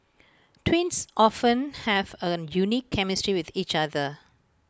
twins often have A unique chemistry with each other